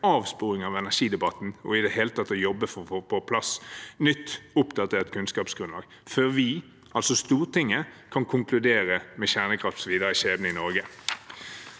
avsporing av energidebatten i det hele tatt å jobbe for å få på plass nytt, oppdatert kunnskapsgrunnlag før vi – altså Stortinget – kan konkludere med hensyn til kjernekraftens videre skjebne i Norge.